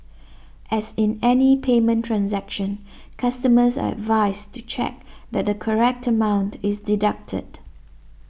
as in any payment transaction customers are advised to check that the correct amount is deducted